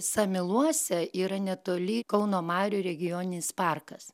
samyluose yra netoli kauno marių regioninis parkas